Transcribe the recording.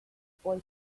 boy